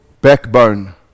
backbone